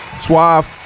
Suave